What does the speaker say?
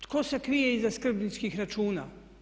Tko se krije iza skrbničkih računa?